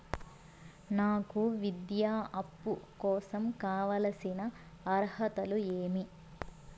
నాకు విద్యా అప్పు కోసం కావాల్సిన అర్హతలు ఏమి?